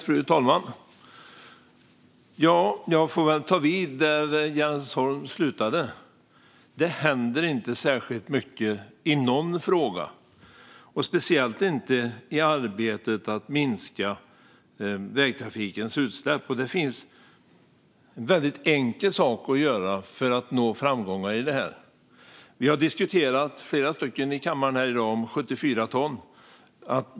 Fru talman! Jag får väl ta vid där Jens Holm slutade. Det händer inte särskilt mycket i någon fråga, särskilt inte i arbetet för att minska vägtrafikens utsläpp. Det finns en väldigt enkel sak att göra för att nå framgång i det här. Flera stycken här i kammaren i dag har pratat om 74 ton.